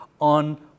on